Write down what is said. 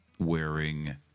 Wearing